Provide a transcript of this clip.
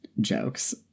jokes